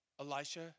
Elisha